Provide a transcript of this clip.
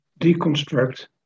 deconstruct